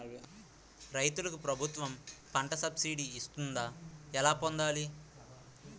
రైతులకు ప్రభుత్వం పంట సబ్సిడీ ఇస్తుందా? ఎలా పొందాలి?